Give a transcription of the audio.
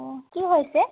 অঁ কি হৈছে